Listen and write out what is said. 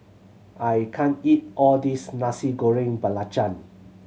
I can't eat all this Nasi Goreng Belacan